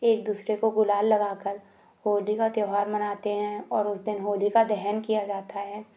एक दूसरे को गुलाल लगाकर होली का त्यौहार मनाते हैं और उस दिन होलिका दहन किया जाता है